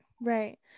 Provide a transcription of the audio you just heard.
right